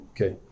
Okay